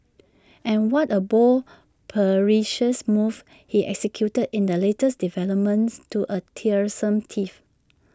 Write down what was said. and what A bold perilous move he executed in the latest development to A tiresome tiff